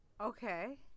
Okay